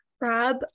Rob